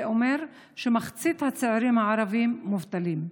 זה אומר שמחצית מהצעירים הערבים מובטלים.